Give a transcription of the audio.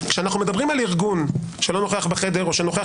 כשאנחנו מדברים על ארגון שלא נוכח בחדר או שנוכח